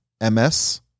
M's